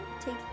take